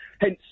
Hence